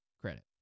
credit